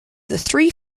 three